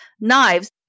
knives